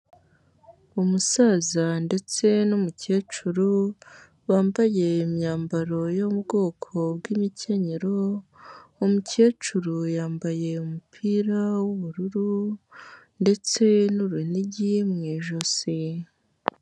Umusaza ndetse n'umukecuru, wambaye imyambaro yo mu bwoko bw'imikenyero, uwo mukecuru yambaye umupira w'ubururu ndetse n'urunigi mu ijosi.